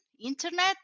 internet